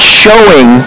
showing